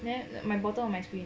there the bottom of my screen